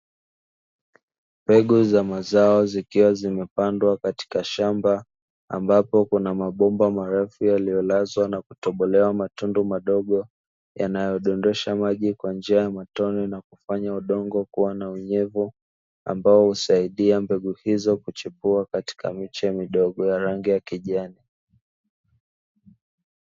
Mbegu za mazao zikiwa zimepandwa katika shamba, ambapo kuna mabomba marefu yaliyolazwa na kutobolewa matundu madogo yanayodondosha maji kwa njia ya matone na kufanya udongo kuwa na unyevu ambao husaidia mbegu hizo kuchipua katika miche midogo ya rangi ya kijani.